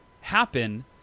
happen